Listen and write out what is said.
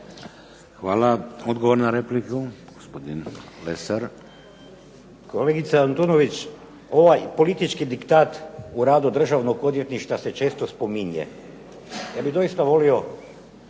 Hvala. Odgovor na repliku, gospodin Lesar. **Lesar, Dragutin (Nezavisni)** Kolegice Antunović, ovaj politički diktat u radu Državnog odvjetništva se često spominje. Ja bih doista volio